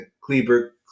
Kleber